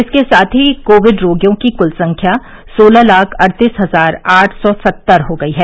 इसके साथ ही कोविड रोगियों की कुल संख्या सोलह लाख अड़तीस हजार आठ सौ सत्तर हो गई है